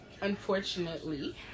unfortunately